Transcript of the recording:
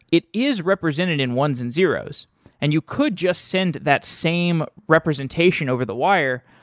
it is represented in ones and zeros and you could just send that same representation over the wire,